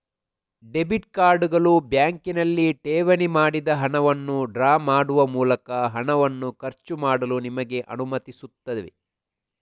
debit ಕಾರ್ಡುಗಳು ಬ್ಯಾಂಕಿನಲ್ಲಿ ಠೇವಣಿ ಮಾಡಿದ ಹಣವನ್ನು ಡ್ರಾ ಮಾಡುವ ಮೂಲಕ ಹಣವನ್ನು ಖರ್ಚು ಮಾಡಲು ನಿಮಗೆ ಅನುಮತಿಸುತ್ತವೆ